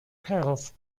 health